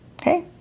Okay